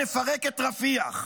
נפרק את רפיח!'